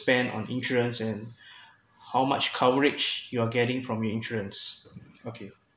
spend on insurance and how much coverage you are getting from your insurance okay